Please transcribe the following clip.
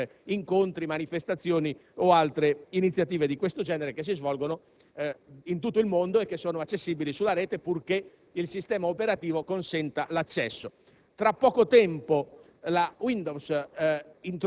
su Internet, per esempio audiovideo di incontri, manifestazioni o altre simili iniziative che si svolgono nel mondo e che sono accessibili sulla rete purché il sistema operativo ne consenta l'accesso.